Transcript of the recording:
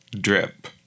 drip